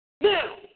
Now